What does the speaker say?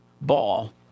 ball